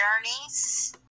Journeys